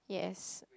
yes